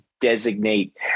designate